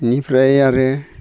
बेनिफ्राय आरो